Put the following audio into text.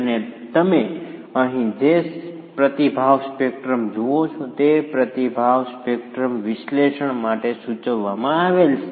અને તમે અહીં જે પ્રતિભાવ સ્પેક્ટ્રમ જુઓ છો તે પ્રતિભાવ સ્પેક્ટ્રમ વિશ્લેષણ માટે સૂચવવામાં આવેલ છે